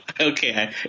Okay